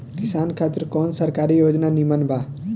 किसान खातिर कवन सरकारी योजना नीमन बा?